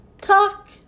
talk